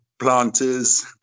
Planters